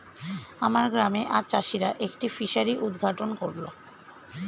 আমার গ্রামে আজ চাষিরা একটি ফিসারি উদ্ঘাটন করল